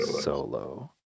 Solo